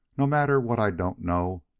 no matter what i don't know,